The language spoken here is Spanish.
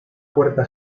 puerta